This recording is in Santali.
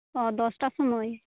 ᱚᱻ ᱫᱚᱥᱴᱟ ᱥᱩᱢᱟᱹᱭ